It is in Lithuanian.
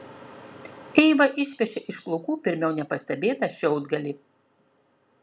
eiva išpešė iš plaukų pirmiau nepastebėtą šiaudgalį